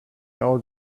out